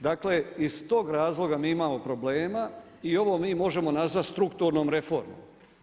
Dakle iz tog razloga mi imamo problema i ovo mi možemo nazvati strukturnom reformom.